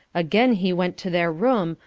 again he went to their room,